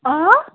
آ